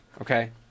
Okay